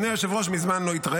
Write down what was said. אני קובע